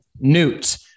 Newt